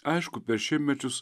aišku per šimtmečius